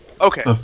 Okay